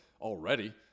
already